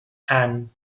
anne